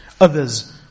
others